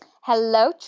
Hello